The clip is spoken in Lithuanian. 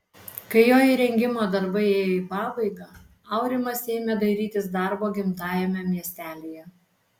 kai jo įrengimo darbai ėjo į pabaigą aurimas ėmė dairytis darbo gimtajame miestelyje